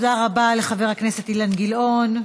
תודה רבה לחבר הכנסת אילן גילאון.